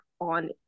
on